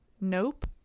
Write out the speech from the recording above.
Nope